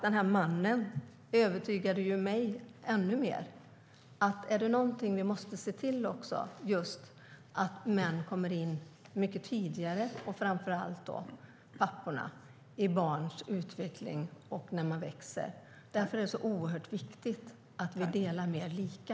Den här mannen övertygade mig ännu mer om att vi måste se till att män, och framför allt papporna, kommer in mycket tidigare i barns utveckling och när de växer. Därför är det så oerhört viktigt att vi delar mer lika.